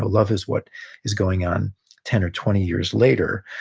love is what is going on ten or twenty years later,